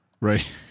right